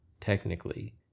technically